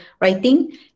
writing